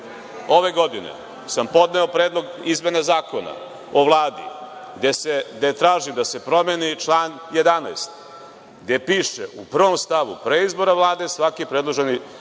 ove godine sam podneo predlog izmene Zakona o Vladi, gde tražim da se promeni član 11. gde piše u prvom stavu – pre izbora Vlade svaki predloženi